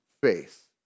faith